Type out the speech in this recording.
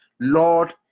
Lord